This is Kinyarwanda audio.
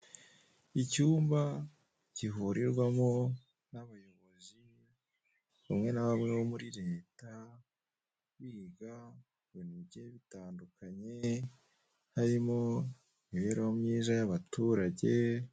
Icyumba gihurirwamo n'abayobozi bamwe ba bamwe bo muri Leta, biga ku bintu bigiye bitandukanye, harimo; imibereho myiza y'abaturage